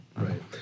Right